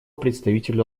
представителю